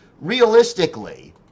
realistically